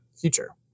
future